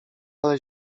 ale